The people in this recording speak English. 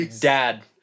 dad